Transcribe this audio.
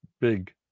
big